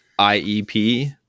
IEP